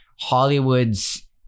Hollywood's